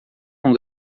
com